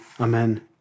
Amen